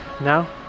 Now